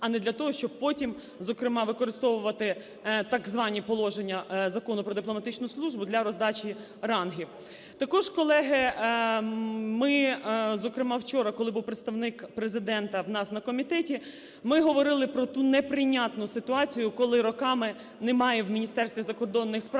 а не для того, щоб потім, зокрема, використовувати так звані положення Закону "Про дипломатичну службу" для роздачі рангів. Також, колеги, ми, зокрема вчора, коли був Представник Президента у нас на комітеті, ми говорили про ту неприйнятну ситуацію, коли роками немає в Міністерстві закордонних справ